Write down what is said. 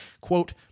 quote